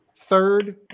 third